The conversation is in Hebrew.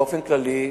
באופן כללי,